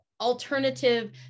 alternative